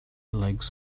legs